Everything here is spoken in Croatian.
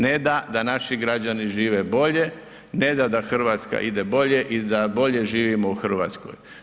Neda da naši građani žive bolje, ne da da Hrvatska ide bolje i da bolje živimo u Hrvatskoj.